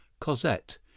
Cosette